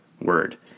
word